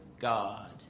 God